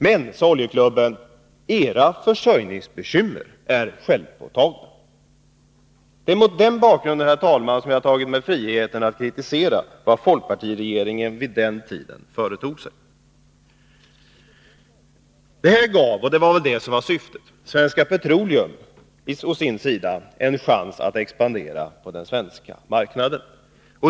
Men, sade oljeklubben, era försörjningsbekymmer är självpåtagna. Det är mot den bakgrunden, herr talman, som jag har tagit mig friheten att kritisera det folkpartiregeringen vid den tiden företog sig. Det här gav — och det var väl det som var syftet — Svenska Petroleum en chans att expandera på den svenska marknaden.